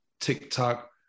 TikTok